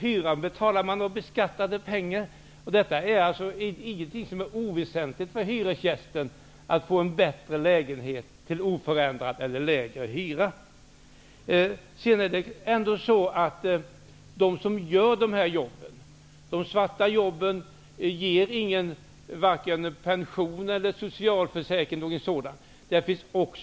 Hyran betalar man av beskattade pengar. Det är inte oväsentligt för hyresgästen att få en bättre lägenhet till oförändrad eller lägre hyra. Sedan måste man tänka på dem som gör dessa jobb. De svarta jobben ger varken pension eller socialförsäkring.